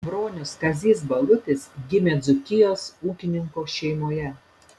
bronius kazys balutis gimė dzūkijos ūkininko šeimoje